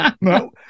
No